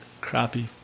crappy